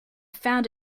found